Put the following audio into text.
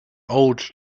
old